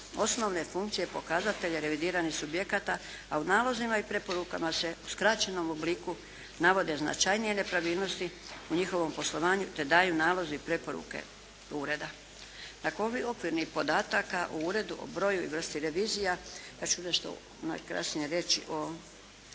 osnovne funkcije i pokazatelje revidiranih subjekata a u nalazima i preporukama se u skraćenom obliku navode značajnije nepravilnosti u njihovom poslovanju te daju nalozi i preporuke Ureda. Nakon ovih okvirnih podataka o Uredu, o broju i vrsti revizija sad ću nešto … /Govornica se ne